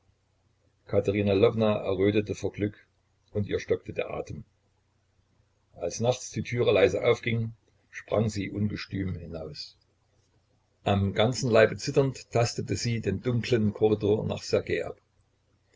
katerina lwowna errötete vor glück und ihr stockte der atem als nachts die türe leise aufging sprang sie ungestüm hinaus am ganzen leibe zitternd tastete sie den dunklen korridor nach